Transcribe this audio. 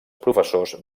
professors